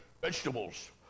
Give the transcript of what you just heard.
vegetables